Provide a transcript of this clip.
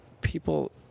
People